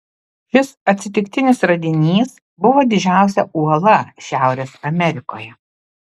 šis atsitiktinis radinys buvo didžiausia uola šiaurės amerikoje